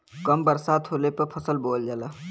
कम बरसात होले पर फसल बोअल जाला